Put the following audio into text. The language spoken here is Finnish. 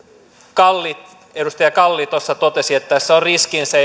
edustaja kalli tuossa totesi että tässä on riskinsä